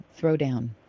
throwdown